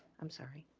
i'm sorry